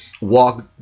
walk